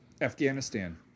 Afghanistan